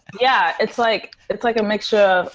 yeah, it's like it's like a mixture of,